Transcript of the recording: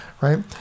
right